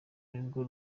nirwo